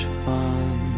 fun